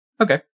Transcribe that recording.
Okay